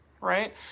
right